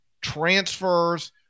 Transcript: transfers